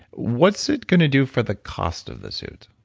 what's it going to do for the cost of the suit?